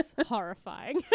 horrifying